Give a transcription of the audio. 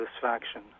satisfaction